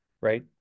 Right